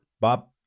Bob